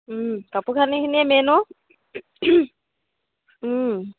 কাপোৰ কানিখিনিয়ে মেইন অ'